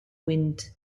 wind